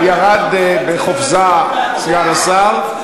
ירד בחופזה סגן השר.